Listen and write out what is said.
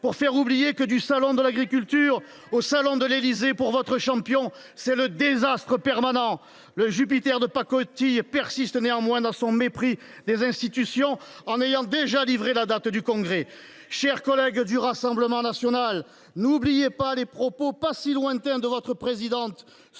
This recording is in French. pour faire oublier que, du Salon de l’agriculture aux salons de l’Élysée, c’est le désastre permanent pour votre champion ! Le Jupiter de pacotille persiste néanmoins dans son mépris des institutions, en ayant déjà livré la date du Congrès. Chers collègues du Rassemblement national, n’oubliez pas les propos pas si lointains de votre présidente